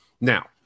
Now